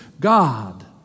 God